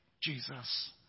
Jesus